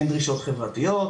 אין דרישות חברתיות,